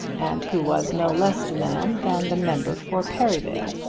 and who was no less a man than the member for perivale.